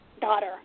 daughter